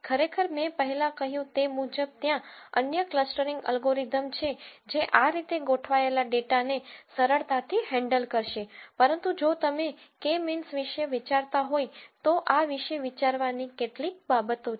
ખરેખર મેં પહેલાં કહ્યું તે મુજબ ત્યાં અન્ય ક્લસ્ટરીંગ એલ્ગોરિધમ છે જે આ રીતે ગોઠવાયેલા ડેટાને સરળતાથી હેન્ડલ કરશે પરંતુ જો તમે કે મીન્સ વિશે વિચારતા હોય તો આ વિશે વિચારવાની કેટલીક બાબતો છે